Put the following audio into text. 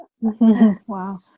Wow